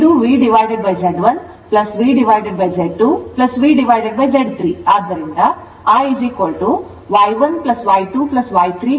ಇದು VZ1 VZ2 VZ3 ಆದ್ದರಿಂದ IY1 Y2 Y3 V ಆಗಿರುತ್ತದೆ